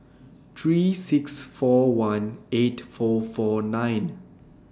three six four one eight four four nine